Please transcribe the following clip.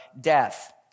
death